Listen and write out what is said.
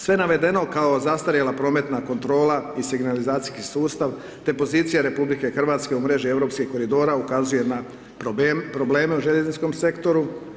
Sve navedeno kao zastarjela prometna kontrola i signalizacijski sustav te pozicija RH u mreži europskih koridora ukazuje na problem u željezničkom sektoru.